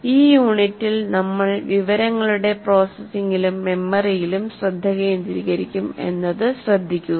ഈ യൂണിറ്റിൽ നമ്മൾ വിവരങ്ങളുടെ പ്രോസസ്സിംഗിലും മെമ്മറിയിലും ശ്രദ്ധ കേന്ദ്രീകരിക്കും എന്നത് ശ്രദ്ധിക്കുക